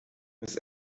miss